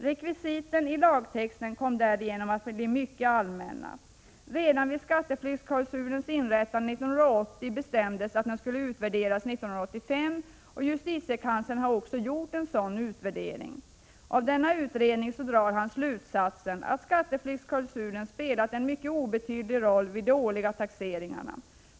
Rekvisiten i lagtexten kom därigenom att bli mycket allmänna. Redan vid skatteflyktsklausulens inrättande 1980 bestämdes att den skulle utvärderas 1985, och justitiekanslern har också gjort en sådan utvärdering. Av den drar han slutsatsen att skatteflyktsklausulen spelat en mycket obetydlig roll vid de årliga taxeringarna.